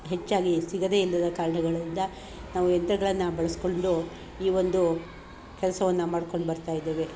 ಹೆಚ್ಚಾಗಿ ಸಿಗದೆಯಿಲ್ಲದ ಕಾರಣಗಳಿಂದ ನಾವು ಯಂತ್ರಗಳನ್ನು ಬಳಸ್ಕೊಂಡು ಈ ಒಂದು ಕೆಲಸವನ್ನ ಮಾಡಿಕೊಂಡು ಬರ್ತಾಯಿದ್ದೇವೆ